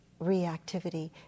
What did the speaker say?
reactivity